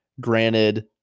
granted